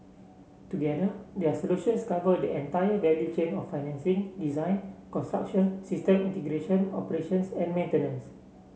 together their solutions cover the entire value chain of financing design construction system integration operations and maintenance